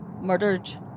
murdered